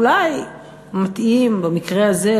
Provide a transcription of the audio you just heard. אולי מתאים במקרה הזה,